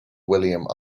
william